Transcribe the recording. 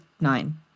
nine